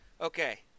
Okay